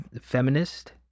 feminist